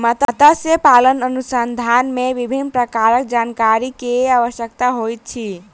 मत्स्य पालन अनुसंधान मे विभिन्न प्रकारक जानकारी के आवश्यकता होइत अछि